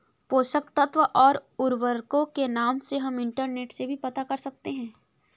पोषक तत्व और उर्वरकों के नाम हम इंटरनेट से भी पता कर सकते हैं